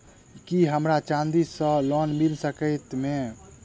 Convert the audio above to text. की हमरा चांदी सअ लोन मिल सकैत मे?